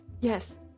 yes